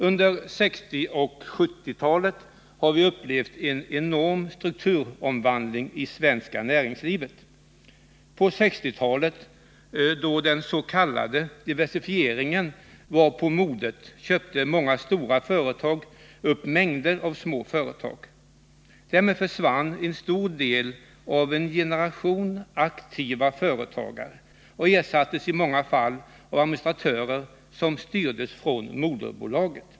Under 1960 och 1970-talen har vi upplevt en enorm strukturomvandling i det svenska näringslivet. På 1960-talet, då den s.k. diversifieringen var på modet, köpte många stora företag upp mängder av små företag. Därmed försvann en stor del av en generation aktiva företagare, som i många fall ersattes av administratörer som styrdes från moderbolaget.